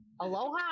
aloha